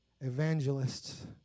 evangelists